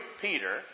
Peter